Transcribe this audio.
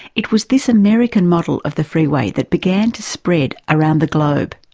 it was this american model of the freeway that began to spread around the globe.